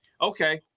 Okay